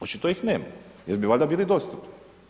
Očito ih nema jer bi valjda bili dostupni.